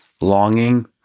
longing